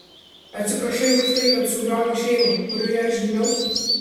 atsiprašai už tai kad sugriovei šeimą kurioje aš gimiau